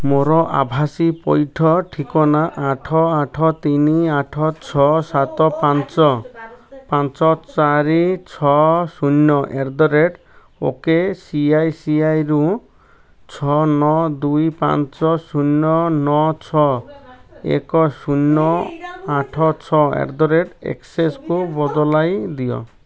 ମୋର ଆଭାସୀ ପଇଠ ଠିକଣା ଆଠ ଆଠ ତିନି ଆଠ ଛଅ ସାତ ପାଞ୍ଚ ପାଞ୍ଚ ଚାରି ଛଅ ଶୂନ at the rate O K ସିଆଇସିଆଇରୁ ଛଅ ନଅ ଦୁଇ ପାଞ୍ଚ ଶୂନ ନଅ ଛଅ ଏକ ଶୂନ ଆଠ ଛଅ ଆଟ୍ ଦ ରେଟ୍ ଏକସେସ୍କୁ ବଦଳାଇ ଦିଅ